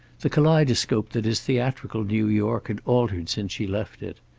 the kaleidoscope that is theatrical new york had altered since she left it.